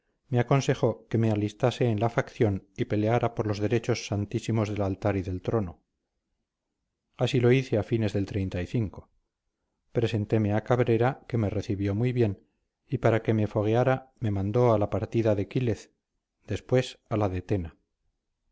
me aconsejó que me alistase en la facción y peleara por los derechos santísimos del altar y del trono así lo hice a fines del presenteme a cabrera que me recibió muy bien y para que me fogueara me mandó a la partida de quílez después a la